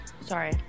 Sorry